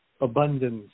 abundance